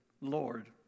Lord